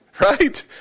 right